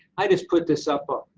i just put this up,